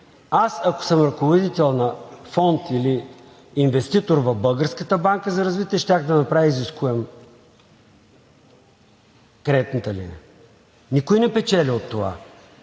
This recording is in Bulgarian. ако аз съм ръководител на фонд или инвеститор на Българската банка за развитие, щях да направя изискуема кредитната линия. Никой не печели от това.